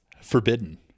Forbidden